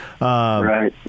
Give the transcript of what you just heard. Right